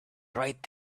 right